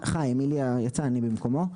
חיים, איליה יצא, אני במקומו.